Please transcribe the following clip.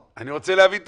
אני רוצה להבין,